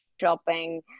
shopping